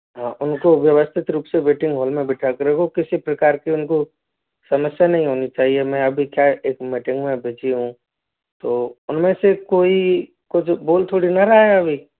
हाँ उनको व्यवस्थित रूप से वेटिंग हॉल में बिठा के रखो किसी प्रकार की उनको समस्या नहीं होनी चाहिए मैं अभी क्या एक मीटिंग में बिजी हूँ तो उनमें से कोई कुछ बोल थोड़ी ना रहा है अभी